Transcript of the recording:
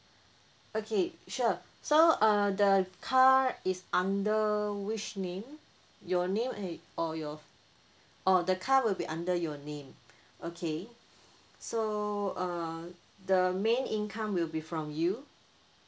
okay sure so uh the car is under which name your name eh or your oh the car will be under your name okay so uh the main income will be from you